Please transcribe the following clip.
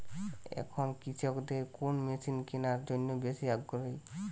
এখন কৃষকদের কোন মেশিন কেনার জন্য বেশি আগ্রহী?